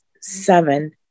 seven